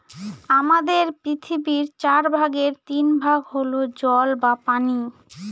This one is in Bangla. আমাদের পৃথিবীর চার ভাগের তিন ভাগ হল জল বা পানি